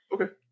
Okay